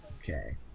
Okay